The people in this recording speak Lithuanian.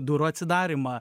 durų atsidarymą